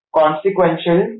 consequential